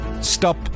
stop